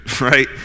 right